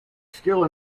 skill